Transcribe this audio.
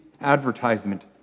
advertisement